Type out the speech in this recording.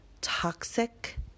toxic